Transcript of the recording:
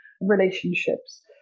relationships